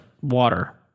water